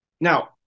Now